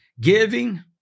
Giving